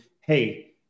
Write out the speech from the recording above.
Hey